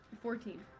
Fourteen